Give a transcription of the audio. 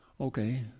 Okay